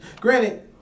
Granted